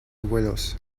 abuelos